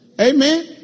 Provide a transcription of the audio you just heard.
Amen